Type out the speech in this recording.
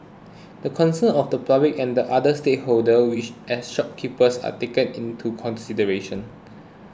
the concerns of the public and the other stakeholders which as shopkeepers are taken into consideration